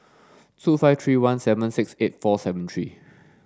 two five three one seven six eight four seven three